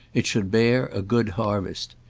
it should bear a good harvest.